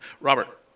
Robert